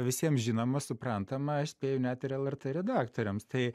visiems žinoma suprantama aš spėju net ir lrt redaktoriams tai